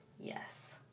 Yes